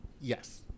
Yes